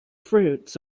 fruits